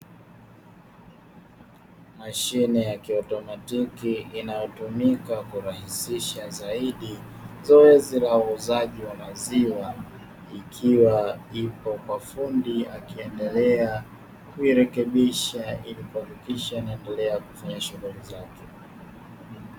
Mashine ya kiautomatiki inayotumika kurahisisha zaidi zoezi la uuzaji wa maziwa, ikiwa ipo kwa fundi akiendelea kuirekebisha ili kuhakikisha inaendelea kufanya shughuli zake.